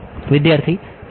વિદ્યાર્થી સમય